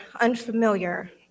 unfamiliar